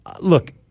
look